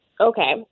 Okay